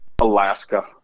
Alaska